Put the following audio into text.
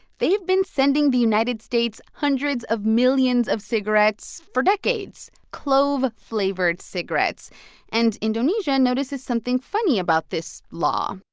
they've been sending the united states hundreds of millions of cigarettes for decades clove-flavored cigarettes and indonesia notices something funny about this law.